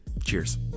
Cheers